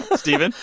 stephen?